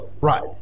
Right